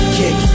kick